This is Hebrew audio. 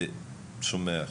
זה צומח.